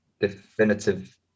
definitive